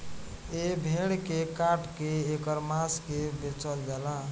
ए भेड़ के काट के ऐकर मांस के बेचल जाला